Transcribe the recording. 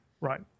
Right